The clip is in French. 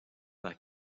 par